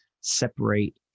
separate